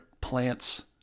plants